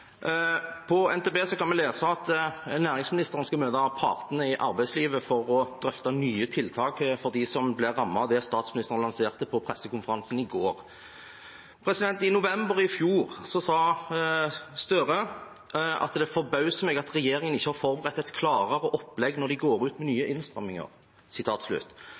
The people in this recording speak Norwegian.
NTB kan vi lese at næringsministeren skal møte partene i arbeidslivet for å drøfte nye tiltak for dem som blir rammet av det statsministeren lanserte på pressekonferansen i går. I november i fjor sa Støre: «Men det forbauser meg at regjeringen ikke har forberedt et klarere opplegg når de går ut med nye innstramminger